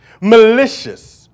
malicious